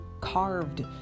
carved